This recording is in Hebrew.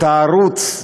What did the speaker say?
את הערוץ,